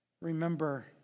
Remember